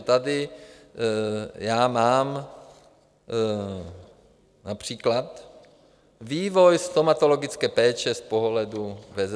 Tady já mám například Vývoj stomatologické péče z pohledu VZP.